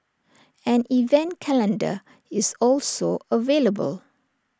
an event calendar is also available